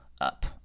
up